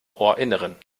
ohrinneren